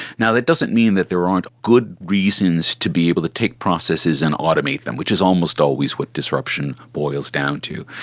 now, that doesn't mean that there aren't good reasons to be able to take processes and automate them, which is almost always with disruption boils down to.